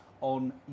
on